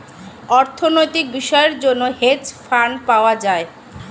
অর্থনৈতিক বিষয়ের জন্য হেজ ফান্ড পাওয়া যায়